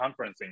conferencing